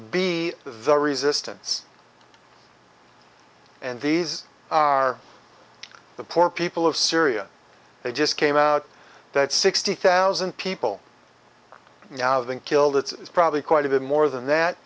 be the resistance and these are the poor people of syria they just came out that sixty thousand people now than killed it's probably quite a bit more than that